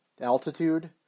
Altitude